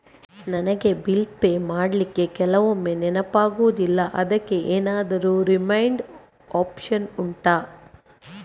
ನನಗೆ bill pay ಮಾಡ್ಲಿಕ್ಕೆ ಕೆಲವೊಮ್ಮೆ ನೆನಪಾಗುದಿಲ್ಲ ಅದ್ಕೆ ಎಂತಾದ್ರೂ ರಿಮೈಂಡ್ ಒಪ್ಶನ್ ಉಂಟಾ